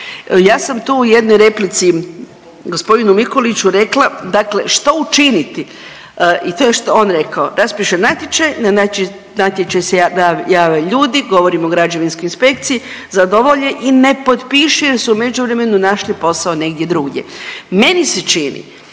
Ja sam tu u jednoj replici g. Mikuliću rekla dakle što učiniti i to je što je on rekao, raspiše natječaj, na natječaj se jave ljude, govorim o građevinskoj inspekciji, zadovolje i ne potpišu jer su u međuvremenu našli posao negdje drugdje. Meni se čini